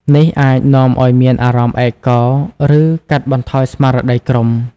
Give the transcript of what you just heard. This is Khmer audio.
នេះអាចនាំឱ្យមានអារម្មណ៍ឯកោ ឬកាត់បន្ថយស្មារតីក្រុម។